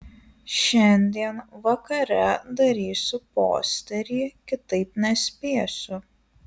šiandien vakare darysiu posterį kitaip nespėsiu